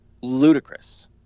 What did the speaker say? ludicrous